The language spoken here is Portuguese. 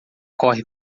corre